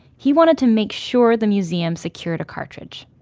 he wanted to make sure the museum secured a cartridge.